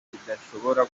kidashobora